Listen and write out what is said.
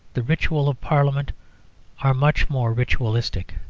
the ritual of parliament are much more ritualistic.